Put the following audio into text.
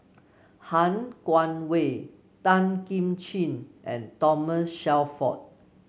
Han Guangwei Tan Kim Ching and Thomas Shelford